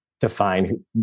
define